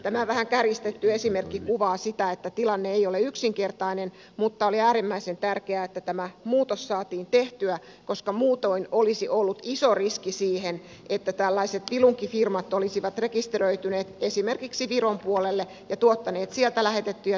tämä vähän kärjistetty esimerkki kuvaa sitä että tilanne ei ole yksinkertainen mutta oli äärimmäisen tärkeää että tämä muutos saatiin tehtyä koska muutoin olisi ollut iso riski siihen että tällaiset vilunkifirmat olisivat rekisteröityneet esimerkiksi viron puolelle ja tuottaneet sieltä lähetettyjä työntekijöitä tänne